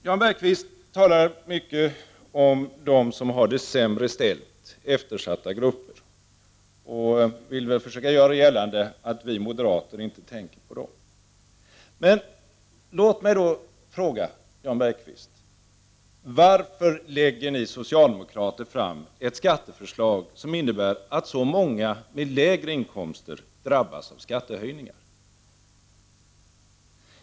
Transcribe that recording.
Jan Bergqvist talar mycket om dem som har det sämre ställt, om eftersatta grupper, och vill väl försöka göra gällande att vi moderater inte tänker på dem. Men då vill jag fråga Jan Bergqvist: Varför lägger ni socialdemokrater fram ett skatteförslag som innebär att så många med lägre inkomster drabbas av skattehöjningar?